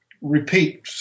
repeat